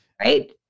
Right